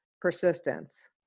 persistence